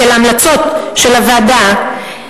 של ההמלצות של הוועדה,